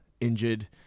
injured